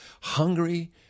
hungry